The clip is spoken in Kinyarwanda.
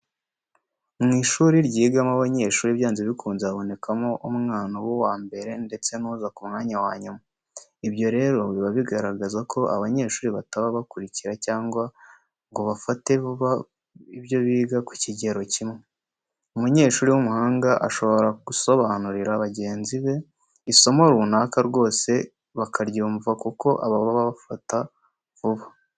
Mu ishuri ryigamo abanyeshuri byanze bikunze habonekamo umwana uba uwa mbere ndetse nuza ku mwanya wa nyuma. Ibyo rero biba bigaragaza ko abanyeshuri bataba bakurikira cyangwa ngo bafate vuba ibyo biga ku kigero cyimwe. Umunyeshuri w'umuhana ashobora gusobanurira bagenzi be isomo runaka rwose bakaryumva kuko aba afata vuba.